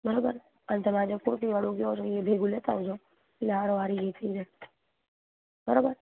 બરાબર અને તમારે જે પોતીવાળું કહો છો એ ભેગું લેતા આવજો એ સાથોસાથ એ થઇ જાય બરોબર